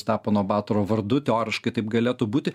stepono batoro vardu teoriškai taip galėtų būti